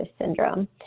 syndrome